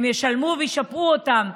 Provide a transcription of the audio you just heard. הם ישלמו וישפו אותם.